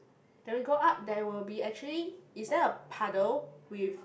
then we go up there will be actually is there a puddle with